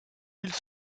ils